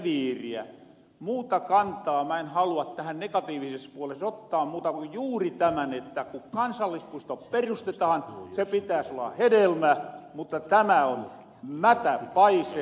muuta kantaa mä en halua tähän negatiivises puoles ottaa muuta kun juuri tämän että kun kansallispuisto perustetahan sen pitääs olla hedelmä mutta tämä on mätäpaise